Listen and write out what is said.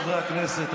חברי הכנסת,